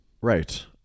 Right